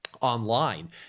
online